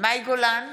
מאי גולן,